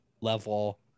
level